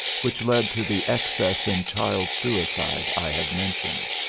which led to the excess in child suicide i have mentioned.